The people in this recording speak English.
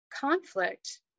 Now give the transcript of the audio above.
conflict